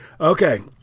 Okay